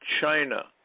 China